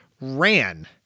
ran